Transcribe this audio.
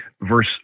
verse